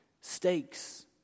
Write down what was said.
stakes